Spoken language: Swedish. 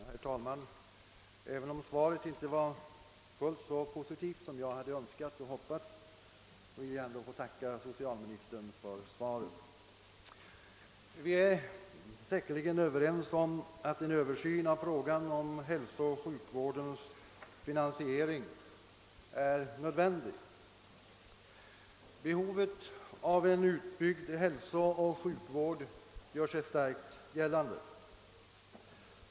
Herr talman! Även om svaret inte var fullt så positivt som jag hade önskat och hoppats ber jag att få tacka socialministern. Vi är säkerligen överens om att en översyn av frågan om hälsooch sjukvårdens finansiering är nödvändig. Behovet av en utbyggd hälsooch sjukvård gör sig starkt gällande.